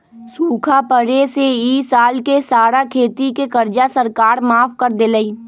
सूखा पड़े से ई साल के सारा खेती के कर्जा सरकार माफ कर देलई